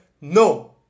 NO